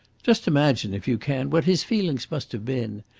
just imagine if you can what his feelings must have been,